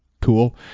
Cool